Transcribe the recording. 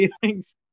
feelings